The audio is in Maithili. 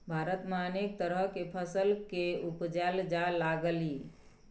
भारत में अनेक तरह के फसल के उपजाएल जा लागलइ